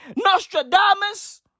Nostradamus